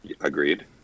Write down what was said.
Agreed